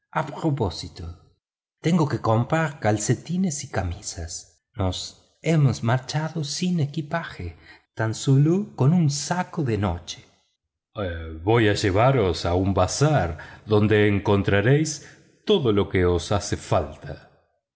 propósito tengo que comprar calcetines y camisas nos hemos marchado sin equipaje tan sólo con un saco de noche voy a llevaros a un bazar donde encontraréis todo lo que